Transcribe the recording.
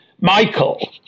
Michael